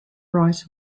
right